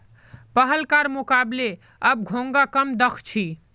पहलकार मुकबले अब घोंघा कम दख छि